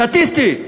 סטטיסטית,